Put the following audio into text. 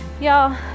Y'all